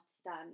stand